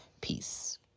Peace